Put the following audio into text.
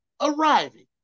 arriving